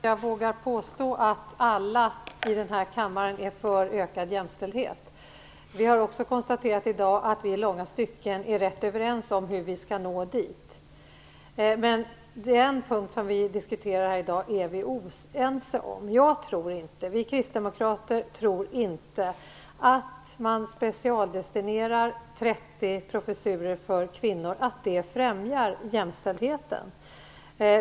Fru talman! Jag tror att jag vågar påstå att alla i den här kammaren är för ökad jämställdhet. Vi har också i dag konstaterat att vi i långa stycken är rätt överens om hur vi skall nå dit. En punkt som vi diskuterar här i dag är vi emellertid oense om. Jag tror inte, vi kristdemokrater tror inte att det främjar jämställdheten om man specialdestinerar 30 professurer för kvinnor.